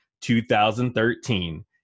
2013